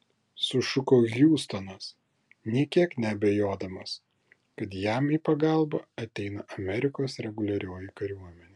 sušuko hiustonas nė kiek neabejodamas kad jam į pagalbą ateina amerikos reguliarioji kariuomenė